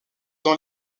dans